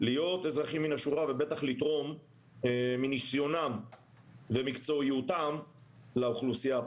להיות אזרחים מן השורה ובטח לתרום מניסיונם ומקצועיותם לאוכלוסייה פה.